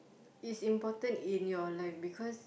it's important in your life because